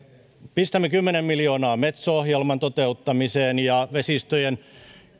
pistämme kymmenen miljoonaa metso ohjelman toteuttamiseen ja vesistöjen